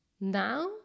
Now